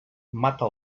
mata